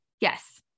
yes